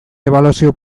ebaluazio